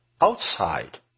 outside